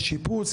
יש שיפוץ,